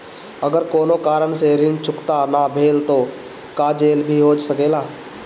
अगर कौनो कारण से ऋण चुकता न भेल तो का जेल भी हो सकेला?